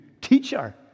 Teacher